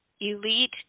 Elite